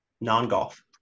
non-golf